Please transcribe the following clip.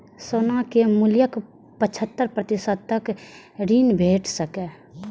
सोना के मूल्यक पचहत्तर प्रतिशत तक ऋण भेट सकैए